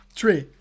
three